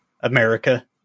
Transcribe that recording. America